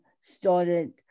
started